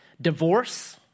Divorce